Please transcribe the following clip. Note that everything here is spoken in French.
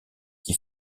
qui